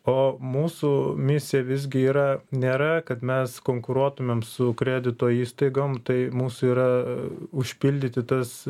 o mūsų misija visgi yra nėra kad mes konkuruotumėm su kredito įstaigom tai mūsų yra užpildyti tas